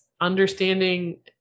understanding